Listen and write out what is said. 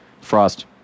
Frost